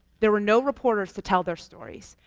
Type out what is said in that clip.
there were no reporters to tell their stories,